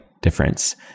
difference